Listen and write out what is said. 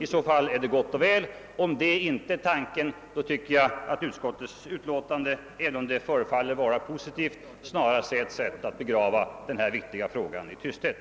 I så fall är det gott och väl. Om det inte är tanken, innebär utskottets skrivning, även om den förefaller att vara positiv, snarast ett sätt att begrava denna viktiga fråga i tysthet.